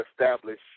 establish